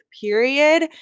period